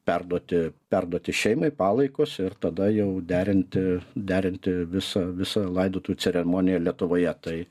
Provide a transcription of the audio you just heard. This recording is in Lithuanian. perduoti perduoti šeimai palaikus ir tada jau derinti derinti visą visą laidotuvių ceremoniją lietuvoje tai